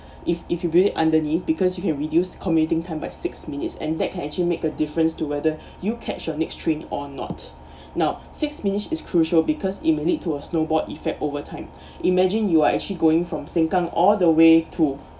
if if you do it underneath because you can reduce commuting time by six minutes and that can actually make the difference to whether you catch the next train or not now six minute is crucial because it may lead to a snowball effect overtime imagine you are actually going from sengkang all the way to